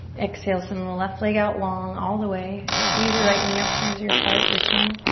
exhale, send the left leg out long all the way. squeeze your right knee up towards your heart, your chin.